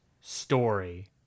story